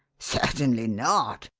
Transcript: certainly not!